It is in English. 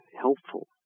helpful